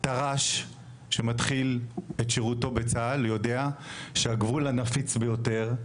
טר"ש שמתחיל את שירותו בצה"ל יודע שהגבול הנפיץ ביותר,